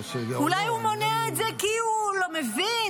אולי הוא מונע את זה כי הוא לא מבין,